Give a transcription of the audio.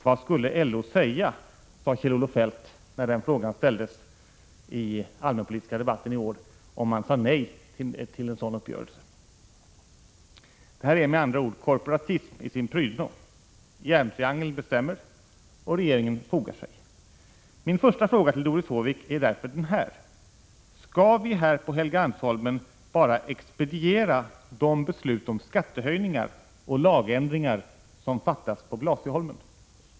Vad skulle LO säga, sade Kjell-Olof Feldt när den frågan ställdes i den allmänpolitiska debatten i år, om regeringen sade nej till en sådan uppgörelse? Detta är med andra ord korporativism i sin prydno. Järntriangeln bestämmer, och regeringen fogar sig. Min första fråga till Doris Håvik är därför denna: Skall vi här på Helgeandsholmen bara expediera de beslut om skattehöjningar och lagändringar som fattas på Blasieholmen?